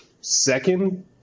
second